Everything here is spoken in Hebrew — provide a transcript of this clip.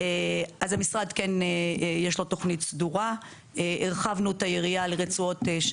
האם יש קורלציה או שיש צורך בהארכה של לוחות הזמנים או הגדלה של התקציב?